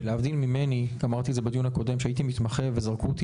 ולהבדיל ממני אמרתי את זה בדיון הקודם שהייתי מתמחה וזרקו אותי